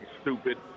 stupid